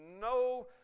no